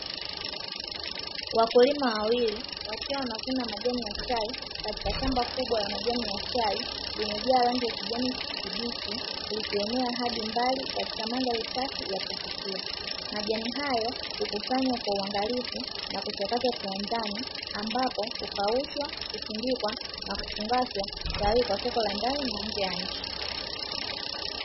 Wakulima wawili wakiwa wanavuna majani ya chai katika shamba kubwa la majani ya chai, limejaa rangi ya kijani kibichi likienea hadi mbali katika mandhari safi ya kuvutia. Majani hayo hukusanywa kwa uangalifu na kuchakatwa kiwandani, ambapo hukaushwa, husindikwa na kufungushwa tayari kwa soko la ndani na nje ya nchi.